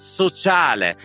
sociale